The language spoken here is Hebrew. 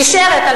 נשארת,